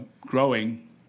growing